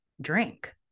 drink